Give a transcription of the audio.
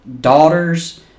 daughter's